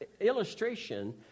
illustration